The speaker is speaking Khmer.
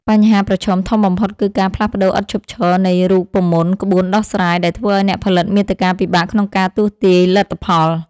បញ្ហាប្រឈមធំបំផុតគឺការផ្លាស់ប្តូរឥតឈប់ឈរនៃរូបមន្តក្បួនដោះស្រាយ ដែលធ្វើឱ្យអ្នកផលិតមាតិកាពិបាកក្នុងការទស្សន៍ទាយលទ្ធផល។